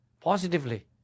positively